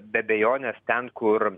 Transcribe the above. be abejonės ten kur